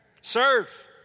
Serve